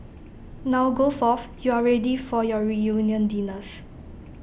now go forth you are ready for your reunion dinners